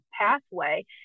pathway